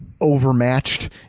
overmatched